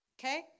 okay